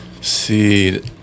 See